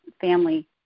family